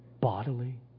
bodily